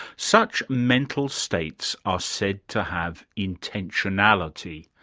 such mental states are said to have intentionality.